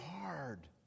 hard